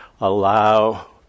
allow